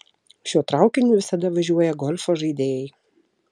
šiuo traukiniu visada važiuoja golfo žaidėjai